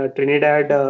Trinidad